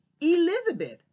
Elizabeth